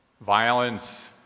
violence